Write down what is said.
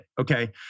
Okay